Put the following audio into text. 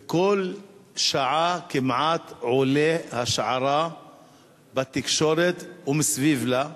ובכל שעה כמעט עולה השערה בתקשורת ומסביב לה,